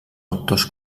autors